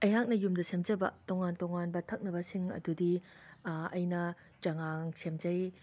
ꯑꯩꯍꯥꯛꯅ ꯌꯨꯝꯗ ꯁꯦꯝꯖꯕ ꯇꯣꯉꯥꯟ ꯇꯣꯉꯥꯟꯕ ꯊꯛꯅꯕꯁꯤꯡ ꯑꯗꯨꯗꯤ ꯑꯩꯅ ꯆꯉꯥꯡ ꯁꯦꯝꯖꯩ